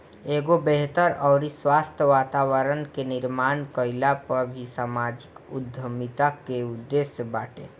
एगो बेहतर अउरी स्वस्थ्य वातावरण कअ निर्माण कईल भी समाजिक उद्यमिता कअ उद्देश्य बाटे